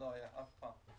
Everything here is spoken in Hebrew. לא היה אף פעם.